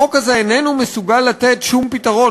החוק הזה איננו מסוגל לתת שום פתרון.